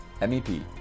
MEP